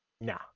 Nah